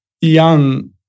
young